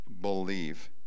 Believe